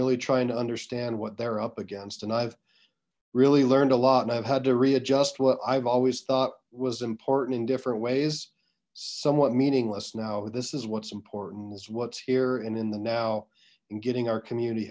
really trying to understand what they're up against and i've really learned a lot and i've had to readjust what i've always thought was important in different ways somewhat meaningless now this is what's important is what's here and in the now and getting our community